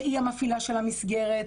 שהיא המפעילה של המסגרת.